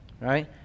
right